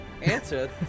answer